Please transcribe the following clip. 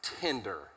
tender